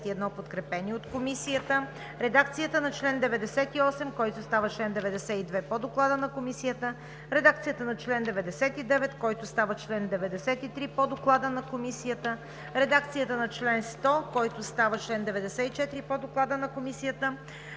редакцията на чл. 98, който става чл. 92 по Доклада на Комисията; редакцията на чл. 99, който става чл. 93 по Доклада на Комисията; редакцията на чл. 100, който става чл. 94 по Доклада на Комисията;